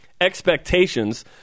expectations